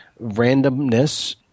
randomness